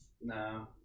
no